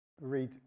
Read